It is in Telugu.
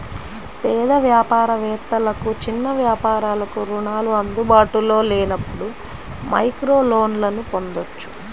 పేద వ్యాపార వేత్తలకు, చిన్న వ్యాపారాలకు రుణాలు అందుబాటులో లేనప్పుడు మైక్రోలోన్లను పొందొచ్చు